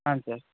ಹಾಂ ಸರ್